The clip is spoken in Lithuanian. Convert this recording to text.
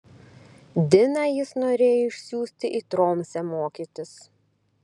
diną jis norėjo išsiųsti į tromsę mokytis